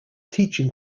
teaching